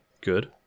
Good